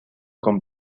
con